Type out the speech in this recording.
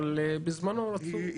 אבל בזמנו רצו כמה שיותר מהר.